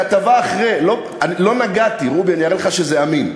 כתבה אחרי, לא נגעתי, רובי, אני אראה לך שזה אמין.